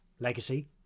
legacy